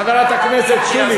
חברת הכנסת שולי,